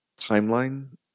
timeline